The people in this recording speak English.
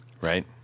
Right